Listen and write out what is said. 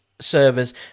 servers